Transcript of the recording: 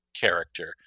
character